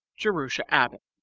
jerusha abbott